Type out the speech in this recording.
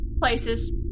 places